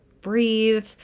breathe